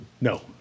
No